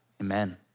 amen